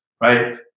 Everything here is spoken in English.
right